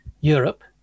Europe